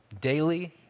Daily